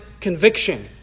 conviction